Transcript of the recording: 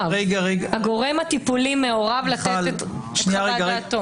הגורם הטיפולי מעורב ונותן את חוות דעתו.